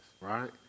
right